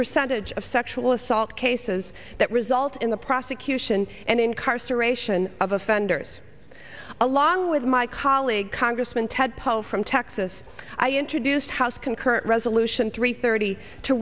percentage of sexual assault cases that result in the prosecution and incarceration of offenders along with my colleague congressman ted poe from texas i introduced house concurrent resolution three thirty to